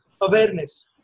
Awareness